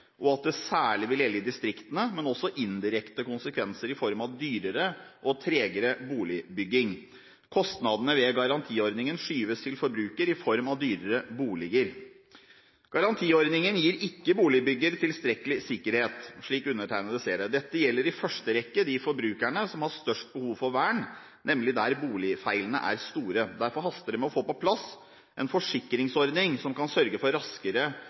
og at det særlig vil gjelde i distriktene, men det kan også få indirekte konsekvenser i form av dyrere og tregere boligbygging. Kostnadene ved garantiordningen skyves til forbruker i form av dyrere boliger. Garantiordningen gir ikke boligbygger tilstrekkelig sikkerhet, slik undertegnede ser det. Dette gjelder i første rekke de forbrukerne som har størst behov for vern, nemlig de som har store boligfeil. Derfor haster det med å få på plass en forsikringsordning som kan sørge for raskere